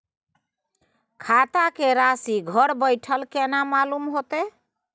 खाता के राशि घर बेठल केना मालूम होते?